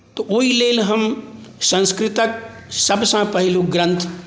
तऽ ओहि लेल हम संस्कृतक सभसँ पहिलुक ग्रन्थ